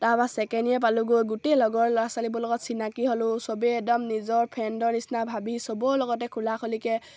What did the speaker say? তাৰপৰা second year পালোঁগৈ গোটেই লগৰ ল'ৰা ছোৱালীবোৰ লগত চিনাকি হ'লোঁ সবেই একদম নিজৰ ফ্ৰেণ্ডৰ নিচিনা ভাবি সবৰ লগতে খোলা খুলিকৈ